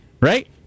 right